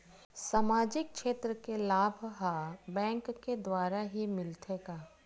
सामाजिक क्षेत्र के लाभ हा बैंक के द्वारा ही मिलथे का?